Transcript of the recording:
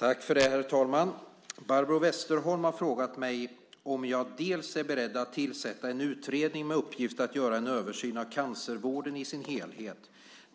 Herr talman! Barbro Westerholm har frågat mig om jag dels är beredd att tillsätta en utredning med uppgift att göra en översyn av cancervården i sin helhet,